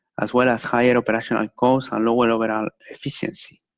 as well as higher operational cost and lower overall efficiency.